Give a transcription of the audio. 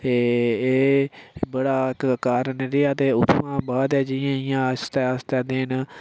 ते एह् बड़ा इक कारण रेहा ते उत्थुआं बाद जि'यां जि'यां आस्तै आस्तै दिन